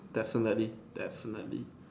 definitely definitely